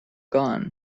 gone